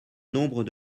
nombre